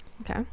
Okay